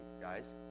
guys